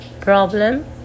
problem